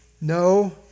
No